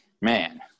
man